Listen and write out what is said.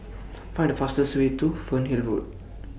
Find The fastest Way to Fernhill Road